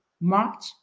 March